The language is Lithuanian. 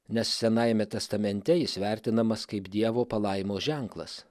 nes senajame testamente jis vertinamas kaip dievo palaimos ženklas